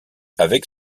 avec